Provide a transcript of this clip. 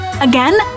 Again